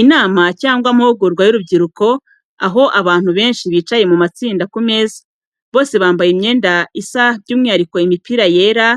Inama cyangwa amahugurwa y’urubyiruko, aho abantu benshi bicaye mu matsinda ku meza, bose bambaye imyenda isa by'umwihariko imipira yera